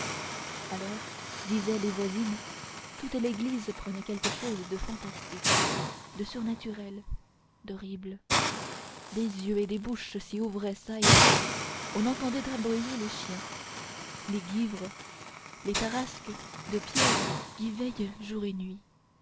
alors disaient les voisines toute l'église prenait quelque chose de fantastique de surnaturel d'horrible des yeux et des bouches s'y ouvraient çà et là on entendait aboyer les chiens les guivres les tarasques de pierre qui veillent jour et nuit